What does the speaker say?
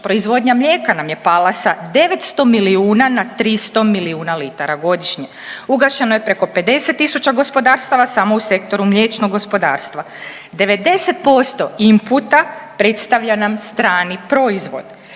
proizvodnja mlijeka nam je pala sa 900 milijuna na 300 milijuna litara godišnje, ugašeno je preko 50.000 gospodarstava samo u sektoru mliječnog gospodarstva. 90% imputa predstavlja nam strani proizvod,